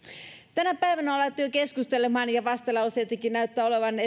tänä päivänä on alettu jo keskustelemaan ja vastalauseitakin näyttää olevan